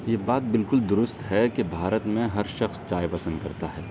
یہ بات بالکل درست ہے کہ بھارت میں ہر شخص چائے پسند کرتا ہے